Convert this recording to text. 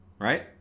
right